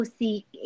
seek